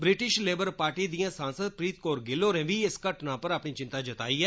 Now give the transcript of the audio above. British Labour Party दियां सांसद प्रीत कौर गिल होरें बी इस घटना पर अपनी चिंता जताई ऐ